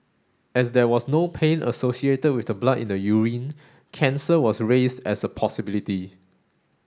as there was no pain associated with the blood in the urine cancer was raised as a possibility